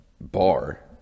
bar